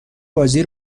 بازی